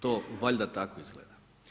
To valjda tako izgleda.